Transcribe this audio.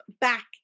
back